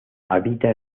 habita